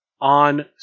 on